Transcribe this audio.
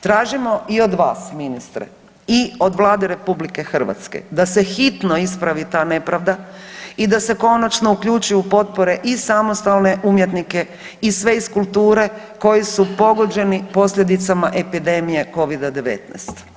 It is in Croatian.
Tražimo i od vas ministre, i od Vlade RH, da se hitno ispravi ta nepravda i da se konačno uključi u potpore i samostalne umjetnike i sve iz kulture koji su pogođeni posljedicama epidemije Covida-19.